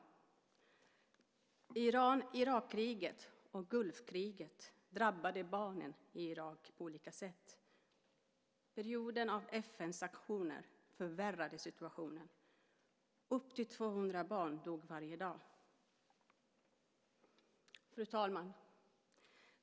Iran-Irak-kriget och Gulfkriget drabbade barnen i Irak på olika sätt. Perioden av FN-sanktioner förvärrade situationen. Upp till 200 barn dog varje dag. Fru talman!